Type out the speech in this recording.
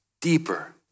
deeper